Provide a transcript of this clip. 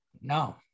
No